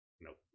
Nope